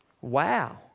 Wow